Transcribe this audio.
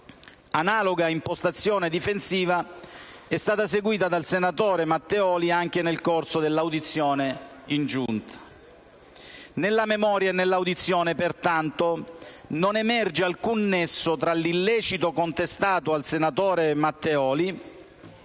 Analoga impostazione difensiva è stata seguita dal senatore Matteoli anche nel corso dell'audizione in Giunta. Nella memoria e nell'audizione, pertanto, non emerge alcun nesso tra l'illecito contestato al senatore Matteoli